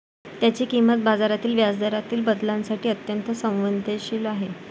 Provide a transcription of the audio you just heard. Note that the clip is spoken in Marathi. त्याची किंमत बाजारातील व्याजदरातील बदलांसाठी अत्यंत संवेदनशील आहे